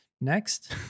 Next